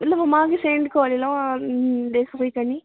मतलब हम अहाँकेँ सेंड कऽ देलहुँ अहाँ देखबै कनि